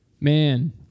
Man